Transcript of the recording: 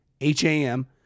H-A-M